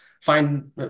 find